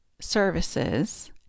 services